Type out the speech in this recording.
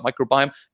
microbiome